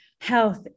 health